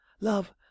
love